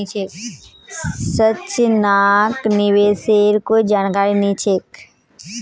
संजनाक निवेशेर कोई जानकारी नी छेक